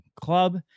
club